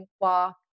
walk